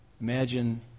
imagine